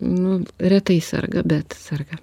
nu retai serga bet serga